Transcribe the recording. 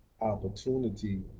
opportunity